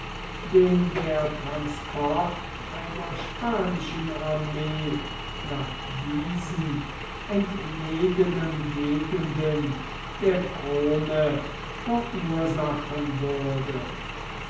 den der transport einer spanischen armee nach diesen entlegenen gegenden der krone verursachen würde